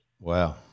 Wow